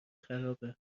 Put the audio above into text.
خرابه